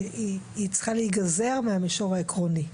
צריכה להיגזר מהמישור העקרוני.